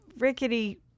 rickety